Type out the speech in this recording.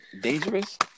Dangerous